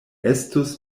estus